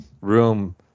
room